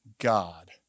God